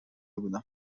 بودم